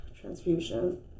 transfusion